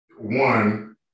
one